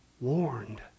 warned